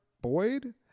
Boyd